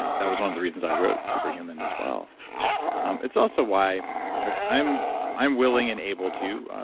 and that was one of the reasons i wrote super human as well um it's also why like i'm i'm willing and able to,